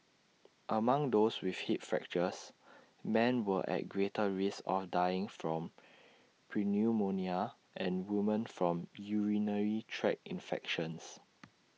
among those with hip fractures men were at greater risk of dying from pneumonia and women from urinary tract infections